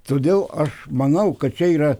todėl aš manau kad čia yra